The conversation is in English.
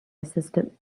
assistant